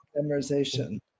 memorization